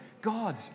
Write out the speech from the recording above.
God